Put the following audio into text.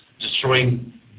destroying